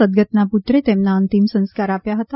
સદગતના પુત્રે તેમને અંતિમ સંસ્કાર આપ્યા હતા